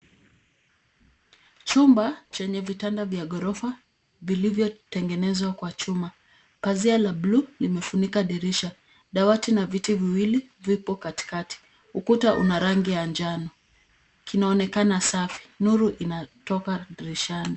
Chumba chenye vitanda vya ghorofa vilivyotengenezwa kwa chuma. Pazia la bluu limefunika dirisha. Dawati na viti viwili vipo katikati. Ukuta una rangi ya njano. Kinaonekana safi. Nuru inatoka dirishani.